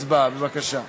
הצבעה, בבקשה.